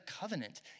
covenant